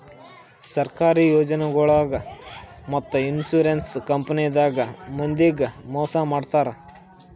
ಸರ್ಕಾರಿ ಯೋಜನಾಗೊಳ್ದಾಗ್ ಮತ್ತ್ ಇನ್ಶೂರೆನ್ಸ್ ಕಂಪನಿದಾಗ್ ಮಂದಿಗ್ ಮೋಸ್ ಮಾಡ್ತರ್